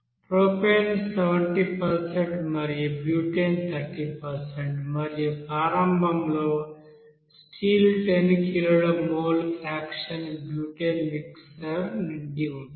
propane 70 మరియు butane 30 మరియు ప్రారంభంలో స్టీల్ 10 కిలోల మోల్ ప్రొపేన్ బ్యూటేన్ మిక్సర్ నిండి ఉంటుంది